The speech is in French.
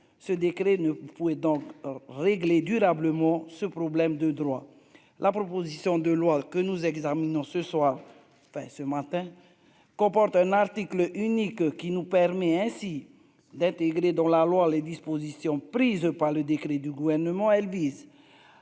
ce décret ne pouvait donc régler durablement ce problème de droit, la proposition de loi que nous examinons ce soir enfin ce matin, comporte un article unique, qui nous permet ainsi d'intégrer dans la loi les dispositions prises par le décret du gouvernement,